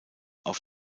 auf